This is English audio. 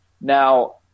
Now